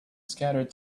scattered